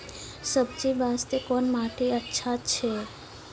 सब्जी बास्ते कोन माटी अचछा छै?